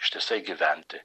ištisai gyventi